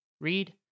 read